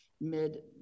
mid